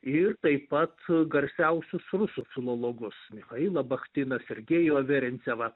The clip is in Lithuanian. ir taip pat garsiausius rusų filologus michailą bachtiną sergejų averincevą